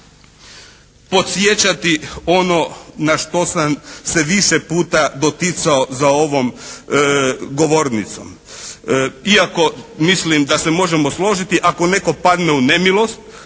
podsjećati ono na što sam se više puta doticao za ovom govornicom. Iako mislim da se možemo složiti ako netko padne u nemilost